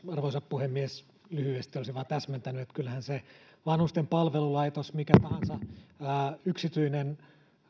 arvoisa puhemies lyhyesti olisin vain täsmentänyt että kyllähän se vanhustenpalvelulaitos tai mikä tahansa yksityinen